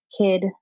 kid